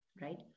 Right